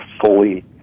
fully